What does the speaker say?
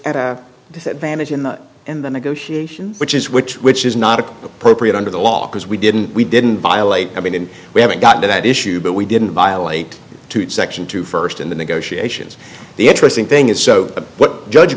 at a disadvantage in the in the negotiations which is which which is not appropriate under the law because we didn't we didn't violate i mean we haven't gotten to that issue but we didn't violate to it section two first in the negotiations the interesting thing is so what judge